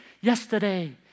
yesterday